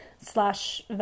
slash